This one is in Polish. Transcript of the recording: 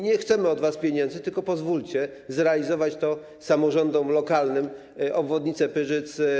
Nie chcemy od was pieniędzy, tylko pozwólcie zrealizować samorządom lokalnym obwodnicę Pyrzyc.